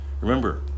Remember